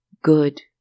Good